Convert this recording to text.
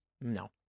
No